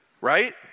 right